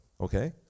Okay